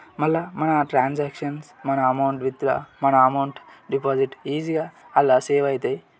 మళ్ళీ మన ట్రాన్సాక్షన్స్ మన అమౌంట్ విత్డ్రా మన అమౌంట్ డిపాజిట్ ఈజీగా అందులో సేవ్ అవుతాయి